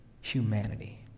humanity